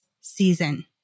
season